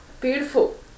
beautiful